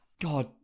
God